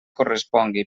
correspongui